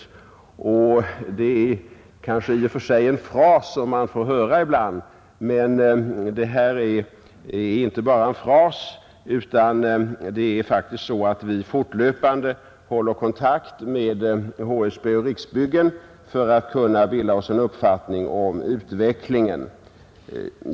I och för sig är det kanske en fras som man ibland får höra, men här rör det sig inte bara om en fras, utan vi håller fortlöpande kontakt med HSB och Riksbyggen för att kunna bilda oss en uppfattning om utvecklingen.